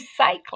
recycling